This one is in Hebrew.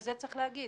ואת זה צריך להגיד,